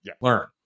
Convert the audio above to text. learn